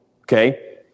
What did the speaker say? Okay